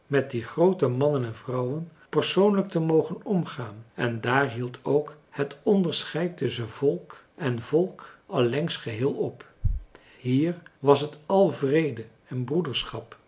met die groote mannen en vrouwen persoonlijk te mogen omgaan en daar hield ook het onderscheid tusschen volk en volk allengs geheel op hier was het al vrede en broederschap